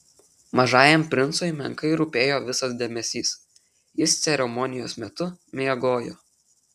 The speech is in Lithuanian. mažajam princui menkai rūpėjo visas dėmesys jis ceremonijos metu miegojo